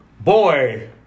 boy